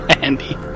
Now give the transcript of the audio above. Andy